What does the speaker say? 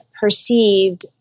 perceived